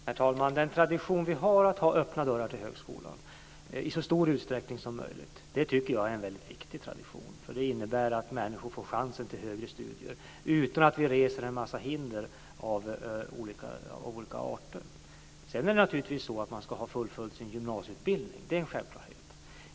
Herr talman! Den tradition vi har av att i så stor utsträckning som möjligt hålla öppna dörrar till högskolan tycker jag är en väldigt viktig tradition, för det innebär att människor får chansen till högre studier utan att vi reser en massa hinder av olika arter. Sedan ska man naturligtvis ha fullföljt sin gymnasieutbildning. Det är en självklarhet.